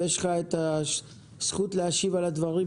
ויש לך את הזכות להשיב על הדברים,